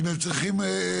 אם הם צריכים ועדה קרואה,